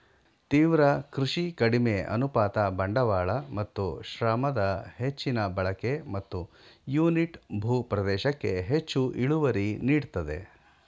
ತೀವ್ರ ಕೃಷಿ ಕಡಿಮೆ ಅನುಪಾತ ಬಂಡವಾಳ ಮತ್ತು ಶ್ರಮದ ಹೆಚ್ಚಿನ ಬಳಕೆ ಮತ್ತು ಯೂನಿಟ್ ಭೂ ಪ್ರದೇಶಕ್ಕೆ ಹೆಚ್ಚು ಇಳುವರಿ ನೀಡ್ತದೆ